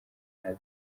nta